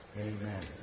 Amen